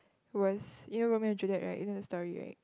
was you know Romeo and Juliet right you know the story right